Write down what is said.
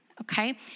Okay